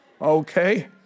okay